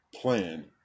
plan